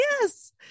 yes